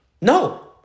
No